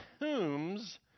tombs